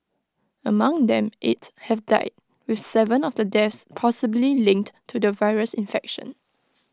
among them eight have died with Seven of the deaths possibly linked to the virus infection